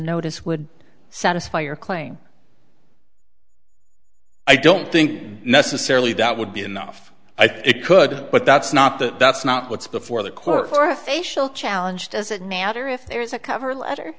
notice would satisfy your claim i don't think necessarily that would be enough i thought it could but that's not that that's not what's before the court for a facial challenge doesn't matter if there's a cover letter